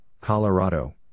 Colorado